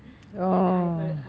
and I've heard